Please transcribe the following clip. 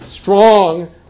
strong